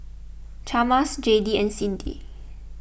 Chalmers Jayde and Cindy